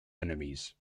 enemies